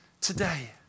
today